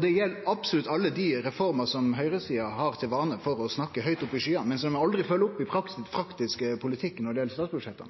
Det gjeld absolutt alle dei reformene som høgresida har for vane å snakke høgt opp i skyene, men som dei aldri følgjer opp i form av praktisk politikk når det gjeld statsbudsjetta,